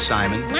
Simon